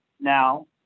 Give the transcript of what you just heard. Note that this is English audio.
now